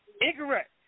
Incorrect